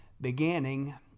beginning